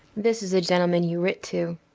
this is the gentleman you writ to.